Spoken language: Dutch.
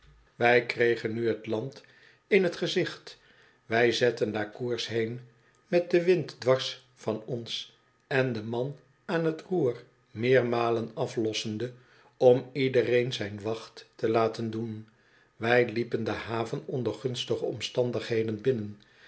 wij kregen nu het land in het gezicht wij zetten daar koers heen met de wind dwars van ons en de man aan het roer meermalen aflossende om iedereen zijn wacht te laten doen wij liepen de haven onder gunstige omstandigheden binnen